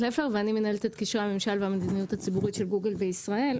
אני מנהלת את קשרי הממשל והמדיניות הציבורית של גוגל בישראל,